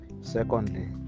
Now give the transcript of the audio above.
Secondly